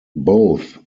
both